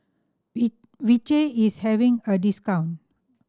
V Vichy is having a discount